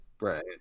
Right